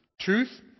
truth